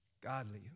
Godly